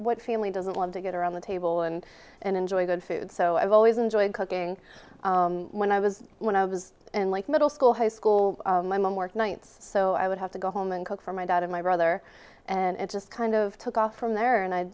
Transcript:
what family doesn't want to get around the table and enjoy good food so i've always enjoyed cooking when i was when i was in like middle school high school my mom worked nights so i would have to go home and cook for my dad and my brother and it just kind of took off from there and i